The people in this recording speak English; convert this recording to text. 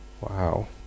Wow